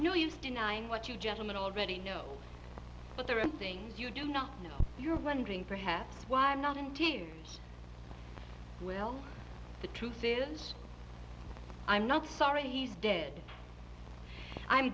use denying what you gentlemen already know but there are things you do not know you're wondering perhaps why i'm not in teams well the truth is i'm not sorry he's dead i'm